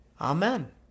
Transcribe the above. Amen